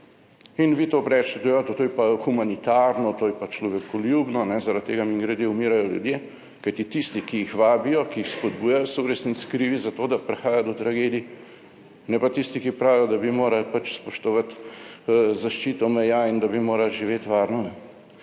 In vi to rečete, ja to je pa humanitarno, to je pa človekoljubno, zaradi tega mimogrede umirajo ljudje, kajti tisti, ki jih vabijo, ki jih spodbujajo so v resnici krivi za to, da prihaja do tragedij, ne pa tisti, ki pravijo, da bi morali pač spoštovati zaščito meja in da bi morali živeti varno.